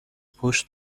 پشت